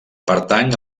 pertany